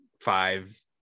five